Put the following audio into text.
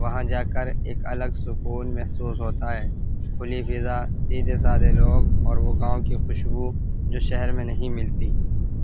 وہاں جا کر ایک الگ سکون محسوس ہوتا ہے کھلی فضا سیدھے سادھے لوگ اور وہ گاؤں کی خوشبو جو شہر میں نہیں ملتی